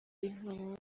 intwaro